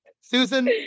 susan